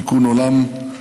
תיקון עולם,